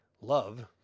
love